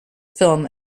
film